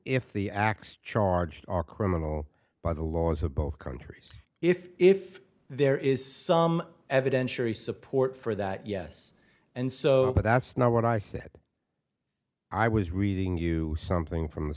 if the acts charged are criminal by the laws of both countries if there is some evidentiary support for that yes and so but that's not what i said i was reading you something from the